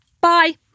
bye